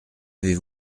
avez